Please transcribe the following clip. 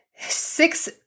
six